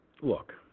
look